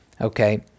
Okay